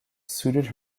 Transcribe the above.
suited